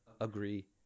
agree